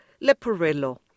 Leporello